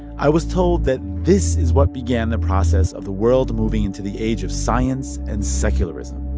i was told that this is what began the process of the world moving into the age of science and secularism.